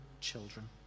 children